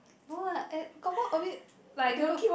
no lah eh confirm a bit like loo~